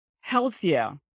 healthier